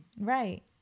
Right